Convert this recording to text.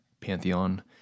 pantheon